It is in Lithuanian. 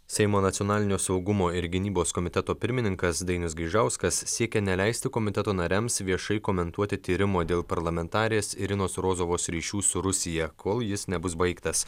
seimo nacionalinio saugumo ir gynybos komiteto pirmininkas dainius gaižauskas siekia neleisti komiteto nariams viešai komentuoti tyrimo dėl parlamentarės irinos rozovos ryšių su rusija kol jis nebus baigtas